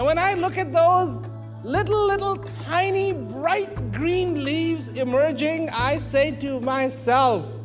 and when i look at those little tiny bright green leaves emerging i say do myself